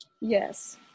yes